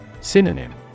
Synonym